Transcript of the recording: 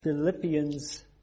Philippians